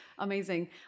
Amazing